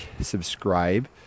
subscribe